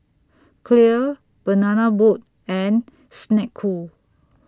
Clear Banana Boat and Snek Ku